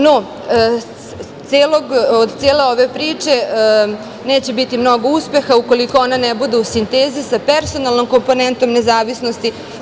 No, od cele ove priče neće biti mnogo uspeha ukoliko ona ne bude u sintezi sa personalnom komponentom nezavisnosti.